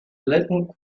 little